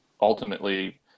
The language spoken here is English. ultimately